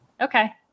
Okay